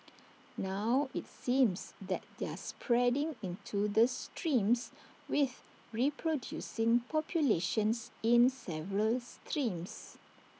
now IT seems that they're spreading into the streams with reproducing populations in several streams